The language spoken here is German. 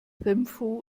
thimphu